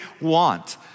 want